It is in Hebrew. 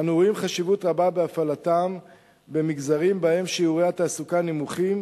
אנו רואים חשיבות רבה בהפעלתם במגזרים שבהם שיעורי התעסוקה נמוכים,